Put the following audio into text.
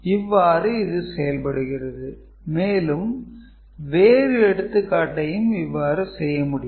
இவ்வாறு இது செயல்படுகிறது மேலும் வேறு எடுத்துக்காட்டையும் இவ்வாறு செய்ய முடியும்